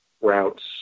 routes